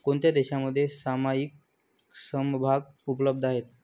कोणत्या देशांमध्ये सामायिक समभाग उपलब्ध आहेत?